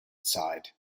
side